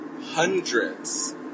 hundreds